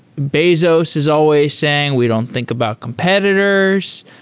bezos is always saying, we don't think about competitors.